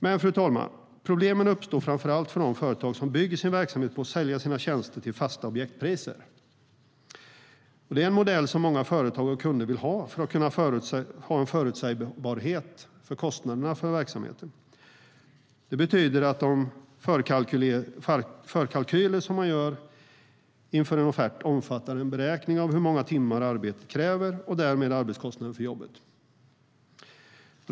Men, fru talman, problemen uppstår framför allt för de företag som bygger sin verksamhet på att sälja sina tjänster till fasta objektpriser, en modell som många företag och kunder vill ha för att kunna ha en förutsägbarhet för kostnaderna. Det betyder att de förkalkyler som man gör inför en offert omfattar en beräkning av hur många timmar arbetet kräver och därmed arbetskostnaderna för jobbet.